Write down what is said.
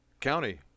county